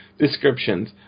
Descriptions